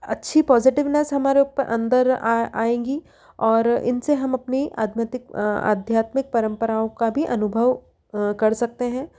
अच्छी पॉजिटिवनेस हमारे उप अ अन्दर आ आएगी और इनसे हम अपनी आदमैतिक आध्यात्मिक परम्पराओं का भी अनुभव कर सकते हैं